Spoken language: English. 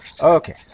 Okay